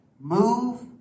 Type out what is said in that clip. move